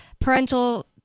parental